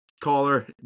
caller